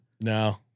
No